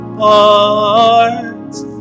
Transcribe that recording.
hearts